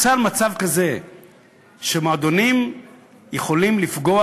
איך בכלל נוצר מצב כזה שמועדונים יכולים לפגוע